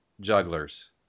jugglers